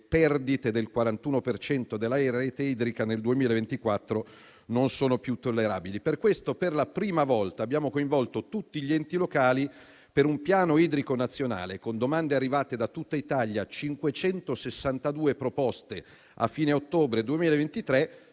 perdite del 41 per cento della rete idrica nel 2024 non sono più tollerabili. Per questo, per la prima volta abbiamo coinvolto tutti gli enti locali per un Piano idrico nazionale, con domande arrivate da tutta Italia: 562 proposte a fine ottobre 2023.